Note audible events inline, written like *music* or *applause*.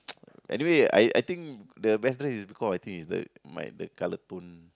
*noise* anyway I I think the best dress is because I think is the my the color tone